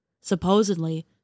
Supposedly